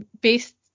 based